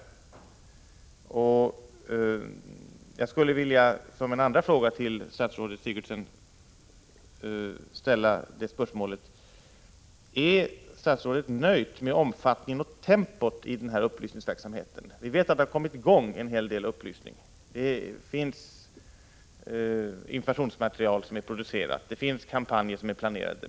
Jag skulle vilja som en andra fråga till statsrådet Sigurdsen ställa spörsmålet: Är statsrådet nöjd med omfattningen och tempot i denna upplysningsverksamhet? Vi vet att det har kommit i gång en hel del upplysning. Det finns informationsmaterial som är producerat. Det finns kampanjer som är planerade.